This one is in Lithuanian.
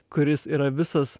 kuris yra visas